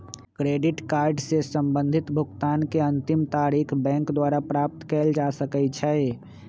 credit card से संबंधित भुगतान के अंतिम तारिख बैंक द्वारा प्राप्त कयल जा सकइ छइ